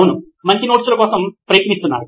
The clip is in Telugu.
అవును మంచి నోట్స్ ల కోసం ప్రయత్నిస్తున్నారు